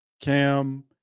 Cam